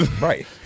Right